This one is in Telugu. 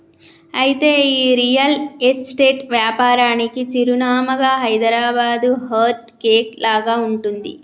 అయితే ఈ రియల్ ఎస్టేట్ వ్యాపారానికి చిరునామాగా హైదరాబాదు హార్ట్ కేక్ లాగా ఉంటుంది